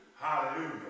hallelujah